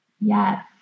Yes